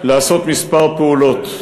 לעשות כמה פעולות,